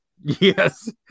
Yes